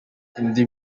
indi